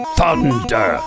Thunder